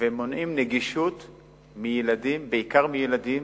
ומונעים נגישות מילדים, בעיקר מילדים.